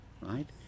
right